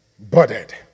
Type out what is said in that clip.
budded